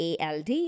ALD